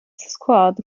squad